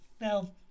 Now